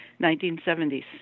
1976